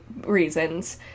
reasons